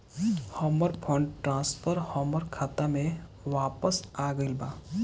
हमर fund transfer हमर खाता में वापस आ गईल बा